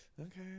okay